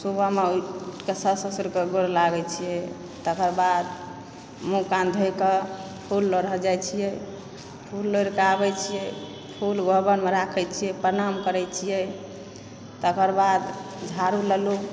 सुबहमे उठिके साउस ससुरके गोर लागैत छियै तकर बाद मुँह कान धोयके फूल लोढ़य जाइत छियै फूल लोढ़िके आबै छी तऽ फूल भवनमे राखय छियै प्रणाम करय छियै तकर बाद झाड़ू लेलहुँ